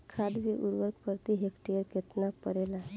खाद व उर्वरक प्रति हेक्टेयर केतना परेला?